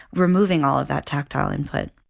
removing all of that tactile input